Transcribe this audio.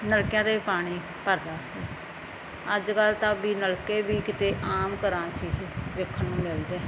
ਨਲਕਿਆਂ ਦੇ ਵੀ ਪਾਣੀ ਭਰਦਾ ਸੀ ਅੱਜ ਕੱਲ੍ਹ ਤਾਂ ਵੀ ਨਲਕੇ ਵੀ ਕਿਤੇ ਆਮ ਘਰਾਂ 'ਚ ਹੀ ਵੇਖਣ ਨੂੰ ਮਿਲਦੇ ਹਨ